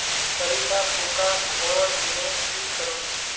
सरिसा पूका धोर ले की करूम?